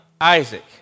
Isaac